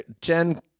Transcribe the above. Jen